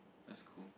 that's cold